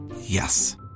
Yes